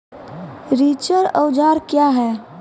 रिचर औजार क्या हैं?